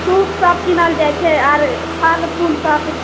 सूपसभ कीनल जाइत छै आओर फल फूलसभ